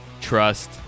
trust